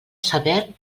sever